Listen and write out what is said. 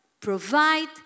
provide